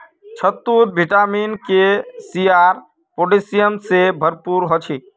शहतूत vitamin K, C आर potassium से भरपूर ह छे